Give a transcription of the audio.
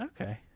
Okay